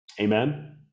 Amen